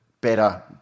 better